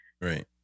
Right